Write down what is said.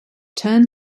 turned